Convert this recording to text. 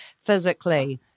physically